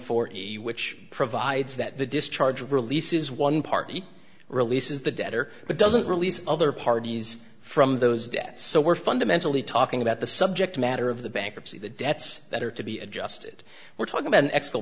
four which provides that the discharge releases one party releases the debtor but doesn't release other parties from those debts so we're fundamentally talking about the subject matter of the bankruptcy the debts that are to be adjusted we're talking about